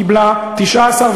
קיבלה 19,